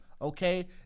Okay